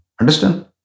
understand